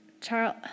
Charles